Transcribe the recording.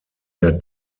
der